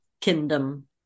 kingdom